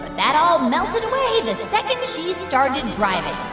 that all melted away the second she started driving.